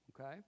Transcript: okay